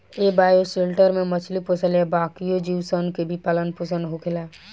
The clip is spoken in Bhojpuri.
ए बायोशेल्टर में मछली पोसल आ बाकिओ जीव सन के भी पालन पोसन होखेला